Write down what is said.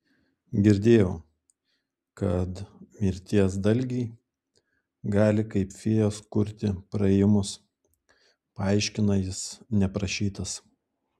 girdėjau kad mirties dalgiai gali kaip fėjos kurti praėjimus paaiškina jis neprašytas